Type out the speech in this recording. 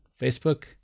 Facebook